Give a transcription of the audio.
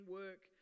work